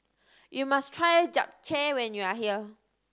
you must try Japchae when you are here